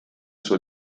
suo